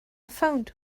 phoned